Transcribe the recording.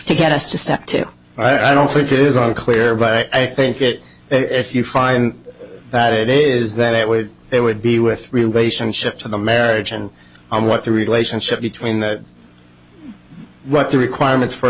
to get us to step two i don't think it is unclear but i think that if you find that it is that it would they would be with relationship to the marriage and what the relationship between that what the requirements for